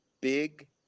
big